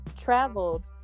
traveled